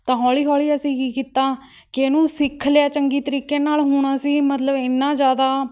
ਤਾਂ ਹੌਲੀ ਹੌਲੀ ਅਸੀਂ ਕੀ ਕੀਤਾ ਕਿ ਇਹਨੂੰ ਸਿੱਖ ਲਿਆ ਚੰਗੇ ਤਰੀਕੇ ਨਾਲ ਹੁਣ ਅਸੀਂ ਮਤਲਬ ਐਨਾ ਜ਼ਿਆਦਾ